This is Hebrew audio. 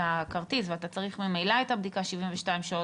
הכרטיס ואתה צריך ממילא את הבדיקה 72 שעות.